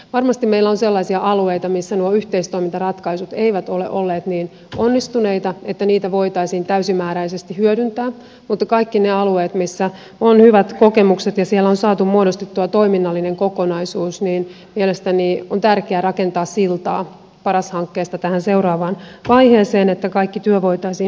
varmasti meillä on sellaisia alueita missä nuo yhteistoimintaratkaisut eivät ole olleet niin onnistuneita että niitä voitaisiin täysimääräisesti hyödyntää mutta kaikilla niillä alueilla missä on hyvät kokemukset ja missä on saatu muodostettua toiminnallinen kokonaisuus mielestäni on tärkeää rakentaa siltaa paras hankkeesta tähän seuraavaan vaiheeseen että kaikki työ voitaisiin hyödyntää